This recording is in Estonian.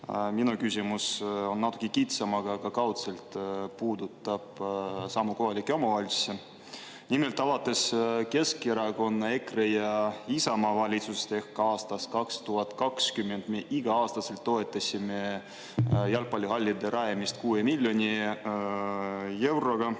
Minu küsimus on natukene kitsam, aga ka kaudselt puudutab kohalikke omavalitsusi. Nimelt, alates Keskerakonna, EKRE ja Isamaa valitsusest ehk aastast 2020 me iga-aastaselt toetasime jalgpallihallide rajamist 6 miljoni euroga.